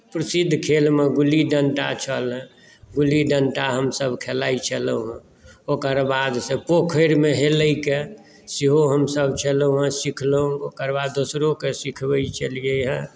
प्रसिद्ध खेलमे गुल्ली डण्डा छल गुल्ली डण्डा हमसभ खेलाइत छलहुँ हेँ ओकर बादसे पोखरिमे हेलैके सेहो हमसभ छलहुँ हेँ सिखलहुँ ओकर बाद दोसरोकेँ सिखबैत छलियै हेँ